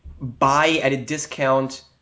buy-at-a-discount